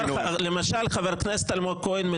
חבר הכנסת אלמוג כהן,